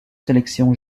sélection